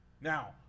Now